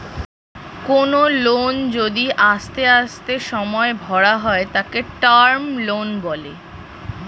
কোনো লোন যদি আস্তে আস্তে সময়ে ভরা হয় তাকে টার্ম লোন বলে